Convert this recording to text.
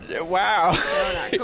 Wow